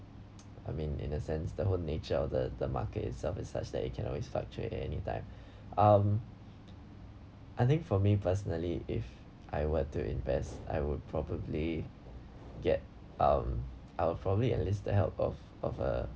I mean in a sense the whole nature of the the market itself is such that it can always fluctuate anytime um I think for me personally if I were to invest I would probably get um I'll probably enlist the help of of uh